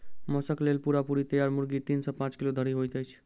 मौसक लेल पूरा पूरी तैयार मुर्गी तीन सॅ पांच किलो धरि होइत छै